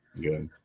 Good